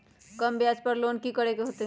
कम ब्याज पर लोन की करे के होतई?